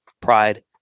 pride